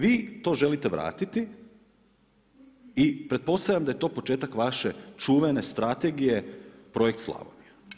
Vi to želite vratiti i pretpostavljam da je to početak vaše čuvene strategije Projekt Slavonija.